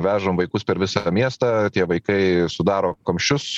vežam vaikus per visą miestą tie vaikai sudaro kamščius